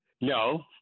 no